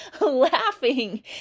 laughing